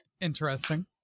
interesting